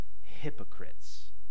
hypocrites